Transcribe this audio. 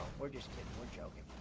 we're just kidding. we're joking.